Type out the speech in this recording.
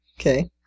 Okay